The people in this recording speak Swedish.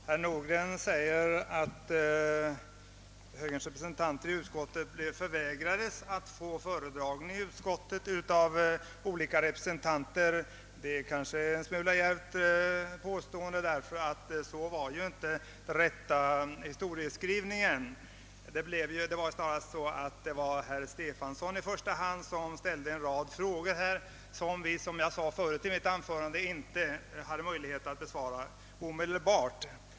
Herr talman! Herr Nordgren säger att högerns representanter i utskottet förvägrades föredragning av olika sakkunniga. Det är måhända ett något djärvt påstående, ty så var inte förhållandet. Herr Stefanson ställde en rad frågor som vi — som jag sade förut — inte hade möjlighet att besvara omedelbart.